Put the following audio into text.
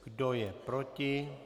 Kdo je proti?